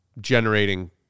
generating